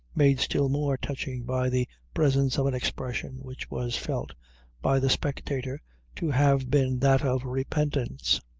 made still more touching by the presence of an expression which was felt by the spectator to have been that of repentance.